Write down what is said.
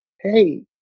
hey